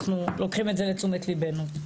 אנחנו לוקחים את זה לתשומת ליבנו.